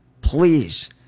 Please